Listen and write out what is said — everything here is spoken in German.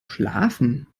schlafen